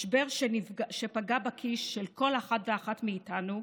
משבר שפגע בכיס של כל אחד ואחת מאיתנו,